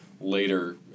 later